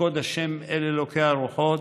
"יפקד ה' אלוקי הרוחת,